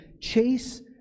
chase